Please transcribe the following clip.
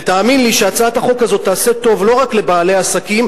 ותאמין לי שהצעת החוק הזאת תעשה טוב לא רק לבעלי עסקים,